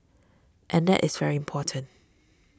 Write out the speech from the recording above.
and that is very important